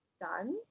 done